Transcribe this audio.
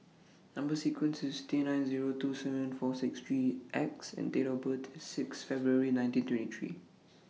Number sequence IS T nine Zero two seven four six three X and Date of birth IS Sixth February nineteen twenty three